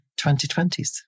2020s